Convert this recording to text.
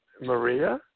Maria